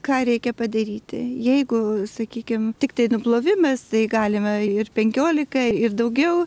ką reikia padaryti jeigu sakykim tiktai nuplovimas tai galima ir penkiolika ir daugiau